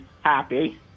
happy